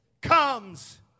comes